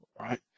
right